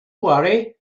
worry